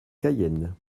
cayenne